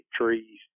trees